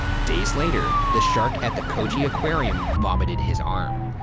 days later, the shark at the coogee aquarium vomited his arm.